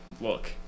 look